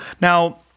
now